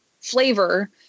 flavor